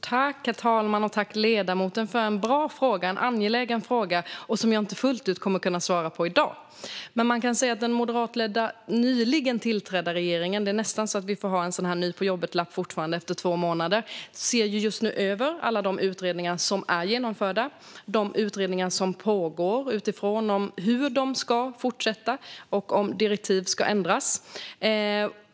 Herr talman! Jag tackar ledamoten för en bra och angelägen fråga som jag inte kommer att kunna svara på fullt ut i dag. Den moderata och nyligen tillträdda regeringen - det är nästan så att vi fortfarande behöver ha en ny-på-jobbet-lapp - ser just nu över alla de utredningar som är genomförda och alla de utredningar som pågår utifrån hur de ska fortsätta och om direktiven ska ändras.